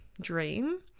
dream